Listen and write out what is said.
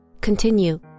Continue